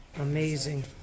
Amazing